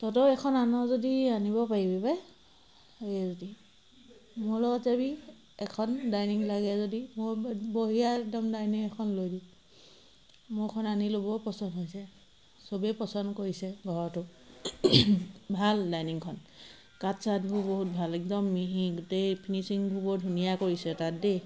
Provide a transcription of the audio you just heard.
তহঁতৰো এখন আন যদি আনিব পাৰিবি পাই এই মোৰ লগত যাবি এখন ডাইনিং লাগে যদি মোৰ বঢ়িয় একদম ডাইনিং এখন লৈ দিম মোৰখন আনি ল'বও পচন্দ হৈছে চবেই পচন্দ কৰিছে ঘৰতো ভাল ডাইনিংখন কাঠ চাঠবোৰ বহুত ভাল একদম মিহি গোটেই ফিনিছিংবোৰ বৰ ধুনীয়া কৰিছে তাত দেই